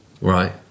Right